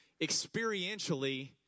experientially